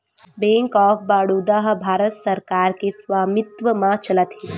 bank of Baroda ह भारत सरकार के स्वामित्व म चलत हे